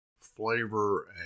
flavor